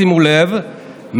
שימו לב,